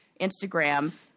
Instagram